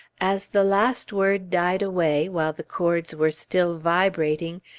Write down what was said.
as the last word died away, while the chords were still vibrating,